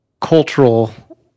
cultural